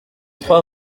trois